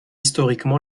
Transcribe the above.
historiquement